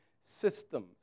system